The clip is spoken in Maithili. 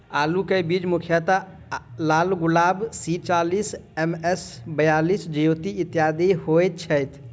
आलु केँ बीज मुख्यतः लालगुलाब, सी चालीस, एम.एस बयालिस, ज्योति, इत्यादि होए छैथ?